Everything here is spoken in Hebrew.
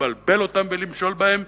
לבלבל אותם ולמשול בהם,